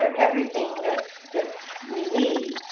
everything that that we need.